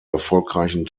erfolgreichen